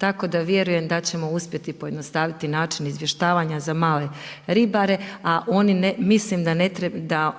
tako da vjerujem da ćemo uspjeti pojednostaviti način izvještavanja za male ribare, a oni mislim da